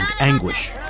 anguish